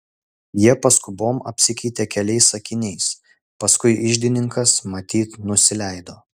jie paskubom apsikeitė keliais sakiniais paskui iždininkas matyt nusileido